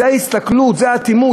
זו ההסתכלות, זו האטימות.